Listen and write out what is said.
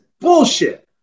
bullshit